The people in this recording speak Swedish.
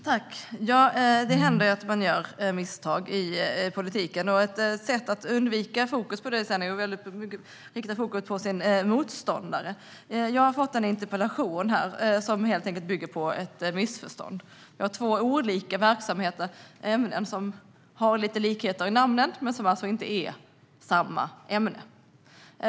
Herr talman! Det händer att man gör misstag i politiken. Ett sätt att undvika fokus på detta är att rikta frågor till sin motståndare. Jag har fått en interpellation som helt enkelt bygger på ett missförstånd. Det handlar om två olika ämnen som har vissa likheter i benämningen, men som inte är samma ämne.